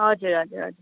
हजुर हजुर हजुर